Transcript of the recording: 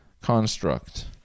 construct